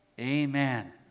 Amen